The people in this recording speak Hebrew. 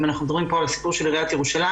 אם אנחנו מדברים פה על הסיפור של עיריית ירושלים